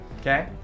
Okay